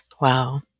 wow